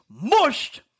mushed